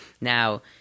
Now